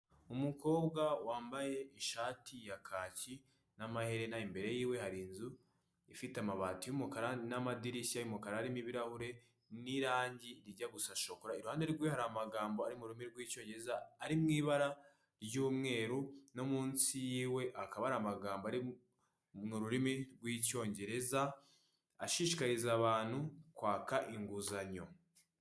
Umukobwa wambaye ishati ya kaki n'amaherena imbere yiwe hari inzu ifite amabati y'umukara n'amadirishya y'umukara harimo ibirahure n'irangi rijya gusa shokora, iruhande rwe hari amagambo ari mu rurimi rw'icyongereza ari mu ibara ry'umweru no munsi yiwe hakaba hari amagambo ari mu rurimi rw'icyongereza ashishikariza abantu kwaka inguzanyo.